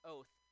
Oath